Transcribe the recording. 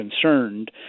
concerned